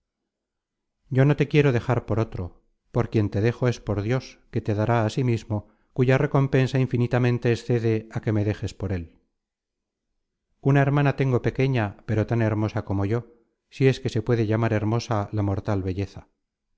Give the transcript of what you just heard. yo no te quiero dejar por otro por quien te dejo es por dios que te dará á sí mismo cuya recompensa infinitamente excede content from google book search generated at content from google book search generated at des una hermana tengo pequeña pero tan hermosa como yo si es que se puede llamar hermosa la mortal belleza